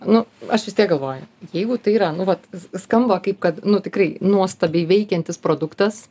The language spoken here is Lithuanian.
nu aš vis tiek galvoju jeigu tai yra nu vat skamba kaip kad nu tikrai nuostabiai veikiantis produktas